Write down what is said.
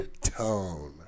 Tone